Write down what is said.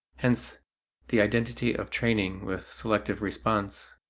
hence the identity of training with selective response.